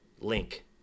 link